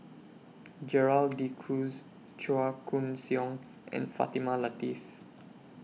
Gerald De Cruz Chua Koon Siong and Fatimah Lateef